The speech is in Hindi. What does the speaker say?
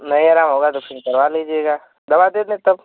नहीं आराम होगा तो फिर करवा लीजिएगा दवा दे दें तब